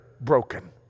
broken